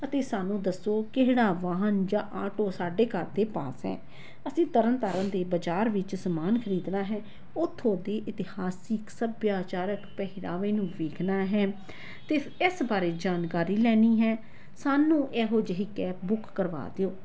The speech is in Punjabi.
ਅਤੇ ਸਾਨੂੰ ਦੱਸੋ ਕਿਹੜਾ ਵਾਹਨ ਜਾਂ ਆਟੋ ਸਾਡੇ ਘਰ ਦੇ ਪਾਸ ਹੈ ਅਸੀਂ ਤਰਨ ਤਾਰਨ ਦੇ ਬਾਜ਼ਾਰ ਵਿੱਚ ਸਮਾਨ ਖਰੀਦਣਾ ਹੈ ਉੱਥੋਂ ਦੇ ਇਤਿਹਾਸ ਦੀ ਸੱਭਿਆਚਾਰਕ ਪਹਿਰਾਵੇ ਨੂੰ ਵੇਖਣਾ ਹੈ ਅਤੇ ਇਸ ਬਾਰੇ ਜਾਣਕਾਰੀ ਲੈਣੀ ਹੈ ਸਾਨੂੰ ਇਹੋ ਜਿਹੀ ਕੈਬ ਬੁੱਕ ਕਰਵਾ ਦਿਓ